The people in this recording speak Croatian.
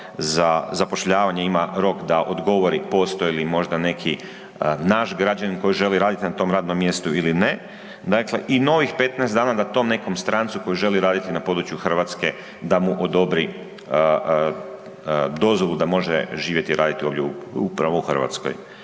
dana koliko HZZ ima rok da odgovori postoji li možda neki naš građanin koji želi raditi na tom radom mjestu ili ne, dakle i novih 15 dana da tom nekom strancu koji želi raditi na području Hrvatske da mu odobri dozvolu da može živjeti i raditi ovdje upravo u Hrvatskoj.